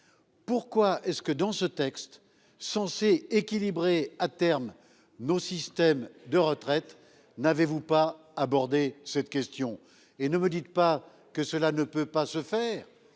Pourquoi est-ce que dans ce texte censé équilibrer à terme nos systèmes de retraite. N'avez-vous pas aborder cette question et ne me dites pas que cela ne peut pas se faire